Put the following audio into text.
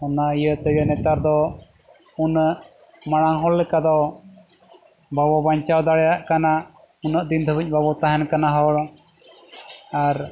ᱚᱱᱟ ᱤᱭᱟᱹ ᱛᱮᱜᱮ ᱱᱮᱛᱟᱨ ᱫᱚ ᱩᱱᱟᱹᱜ ᱢᱟᱲᱟᱝ ᱦᱚᱲ ᱞᱮᱠᱟ ᱫᱚ ᱵᱟᱵᱚ ᱵᱟᱧᱪᱟᱣ ᱫᱟᱲᱮᱭᱟᱜ ᱠᱟᱱᱟ ᱩᱱᱟᱹᱜ ᱫᱤᱱ ᱫᱷᱟᱹᱵᱤᱡ ᱵᱟᱵᱚ ᱛᱟᱦᱮᱱ ᱠᱟᱱᱟ ᱦᱚᱲ ᱟᱨ